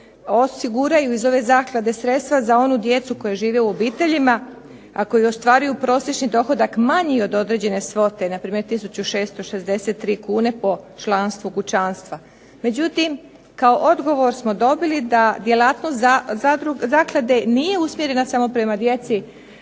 osiguraju iz ove zaklade sredstva za onu djecu koja žive u obiteljima, a koji ostvaruju prosječni dohodak manji od određene svote, npr. tisuću 663 kn po članstvu kućanstva. Međutim, kao odgovor smo dobili da djelatnost zaklade nije usmjerena prema djeci